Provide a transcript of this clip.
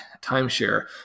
timeshare